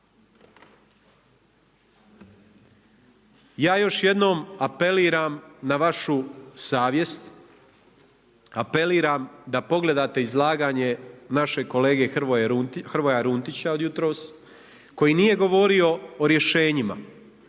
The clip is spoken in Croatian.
Ja još jednom apeliram na vašu savjest, apeliram da pogledate izlaganje našeg kolege Hrvoja Runtića od jutros koji nije govorio o rješenjima.